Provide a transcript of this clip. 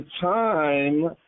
time